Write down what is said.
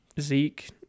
Zeke